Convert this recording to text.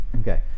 Okay